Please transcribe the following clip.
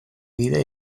gida